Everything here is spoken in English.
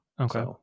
Okay